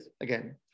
again